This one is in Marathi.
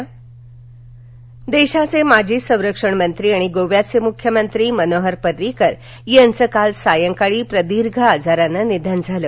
पर्रीकर निधन देशाचे माजी संरक्षण मंत्री आणि गोव्याचे मुख्यमंत्री मनोहर पर्रिकर यांचं काल सायंकाळी प्रदीर्घ आजारानं निधन झालं